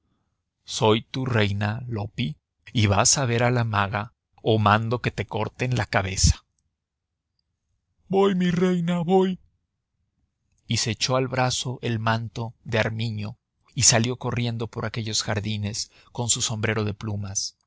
soy tu reina loppi y vas a ver a la maga o mando que te corten la cabeza voy mi reina voy y se echó al brazo el manto de armiño y salió corriendo por aquellos jardines con su sombrero de plumas